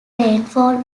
rainfall